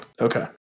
Okay